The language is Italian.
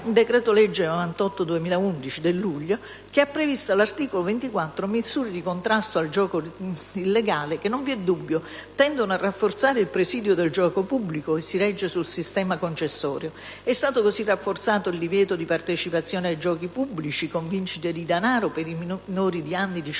(decreto-legge n. 98 del 2011) che ha previsto all'articolo 24 misure di contrasto al gioco illegale che, non vi è dubbio, tendono a rafforzare il presidio del gioco pubblico che si regge sul sistema concessorio. È stato rafforzato il divieto di partecipazione ai giochi pubblici con vincite di denaro per i minori di diciotto